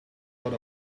what